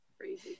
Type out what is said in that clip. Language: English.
Crazy